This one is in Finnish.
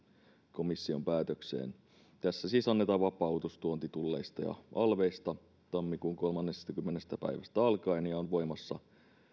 komission päätökseen tässä siis annetaan vapautus tuontitulleista ja alveista tammikuun kolmannestakymmenennestä päivästä alkaen ja tämä on voimassa